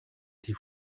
die